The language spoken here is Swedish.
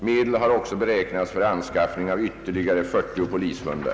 Medel har också beräknats för anskaffning av ytterligare 49 polishundar.